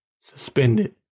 suspended